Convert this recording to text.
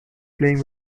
playing